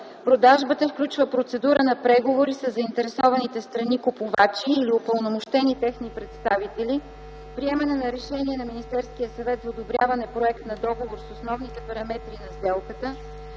Продажбата включва процедура на преговори със заинтересованите страни-купувачи или упълномощени техни представители, приемане на решение на Министерския съвет за одобряване проект на договор с основните параметри на сделката,